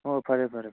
ꯍꯣ ꯐꯔꯦ ꯐꯔꯦ ꯐꯔꯦ